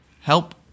Help